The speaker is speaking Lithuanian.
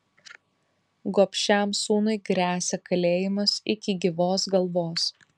gobšiam sūnui gresia kalėjimas iki gyvos galvos